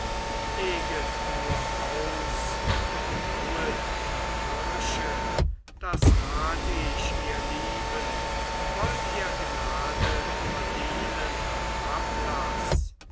leget nur aus und bauet die kirche das rat ich ihr lieben wollt ihr gnade verdienen und ablaß